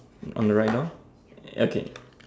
on the right now okay